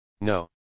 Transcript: No